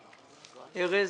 ארז,